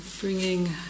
bringing